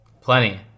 Plenty